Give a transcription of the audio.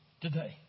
today